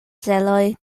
celoj